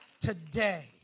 today